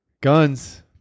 Guns